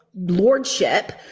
lordship